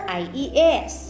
ies